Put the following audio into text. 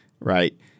right